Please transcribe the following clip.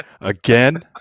again